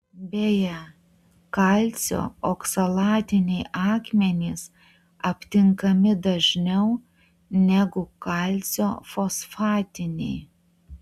beje kalcio oksalatiniai akmenys aptinkami dažniau negu kalcio fosfatiniai